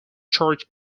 church